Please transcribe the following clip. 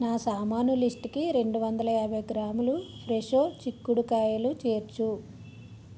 నా సామాను లిస్టుకి రెండు వందల యాభై గ్రాములు ఫ్రెషో చిక్కుడుకాయలు చేర్చు